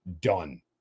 done